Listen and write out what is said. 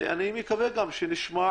אני מקווה שנשמע